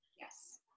Yes